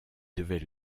devait